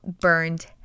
burned